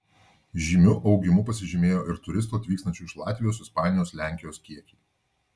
žymiu augimu pasižymėjo ir turistų atvykstančių iš latvijos ispanijos lenkijos kiekiai